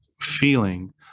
feeling